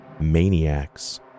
maniacs